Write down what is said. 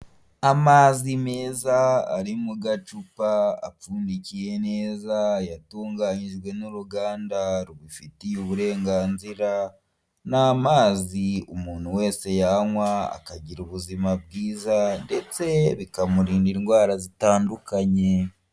Amazi meza ari mu gacupa apfundikiye neza yatunganyijwe n'uruganda rubifitiye uburenganzira ni amazi umuntu wese yanywa akagira ubuzima bwiza ndetse bikamurinda indwara zitandukanye.